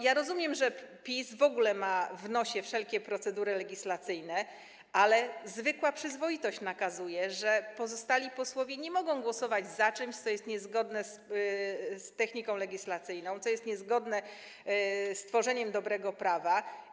Ja rozumiem, że PiS w ogóle ma w nosie wszelkie procedury legislacyjne, ale zwykła przyzwoitość nakazuje, że pozostali posłowie nie mogą głosować za czymś, co jest niezgodne z techniką legislacyjną, co jest niezgodne z zasadami tworzenia dobrego prawa.